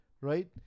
right